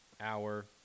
hour